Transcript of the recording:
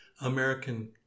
American